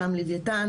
גם לויתן.